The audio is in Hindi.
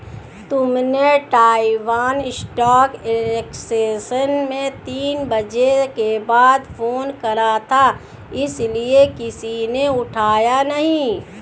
तुमने ताइवान स्टॉक एक्सचेंज में तीन बजे के बाद फोन करा था इसीलिए किसी ने उठाया नहीं